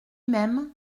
même